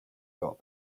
got